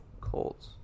Colts